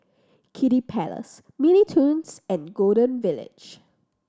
Kiddy Palace Mini Toons and Golden Village